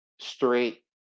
straight